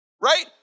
Right